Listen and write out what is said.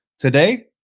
Today